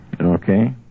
Okay